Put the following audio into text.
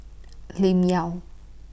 Lim Yau